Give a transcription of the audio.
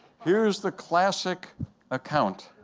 here is the classic account,